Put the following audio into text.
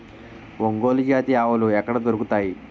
ఒంగోలు జాతి ఆవులు ఎక్కడ దొరుకుతాయి?